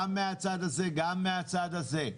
גם מהצד הזה וגם מהצד הזה.